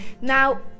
Now